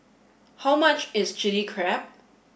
how much is Chili Crab